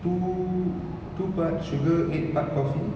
two two part sugar eight part coffee